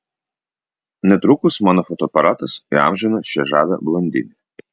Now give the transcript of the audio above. netrukus mano fotoaparatas įamžino šią žavią blondinę